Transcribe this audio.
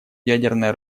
ядерное